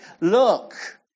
Look